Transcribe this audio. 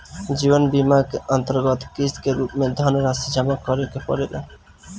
जीवन बीमा के अंतरगत किस्त के रूप में धनरासि जमा करे के पड़ेला